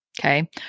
okay